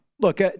Look